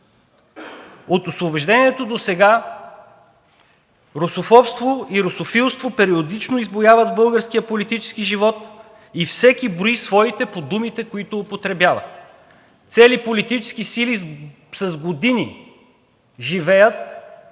От Освобождението досега русофобство и русофилство периодично избуяват в българския политически живот и всеки брои своите по думите, които употребява. Цели политически сили с години живеят